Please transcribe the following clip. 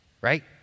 right